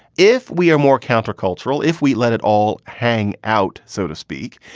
if we are more countercultural, if we let it all hang out, so to speak,